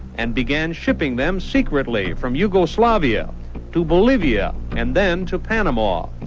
and began shipping them secretly from yugoslavia to bolivia and then to panama.